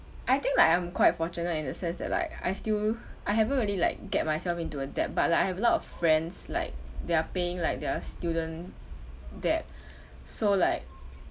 I think like I'm quite fortunate in the sense that like I still I haven't really like get myself into a debt but like I have a lot of friends like they are paying like their student debt so like